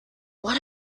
what